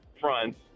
fronts